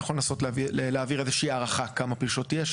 אני יכול להביא הערכות כמה פלישות יש,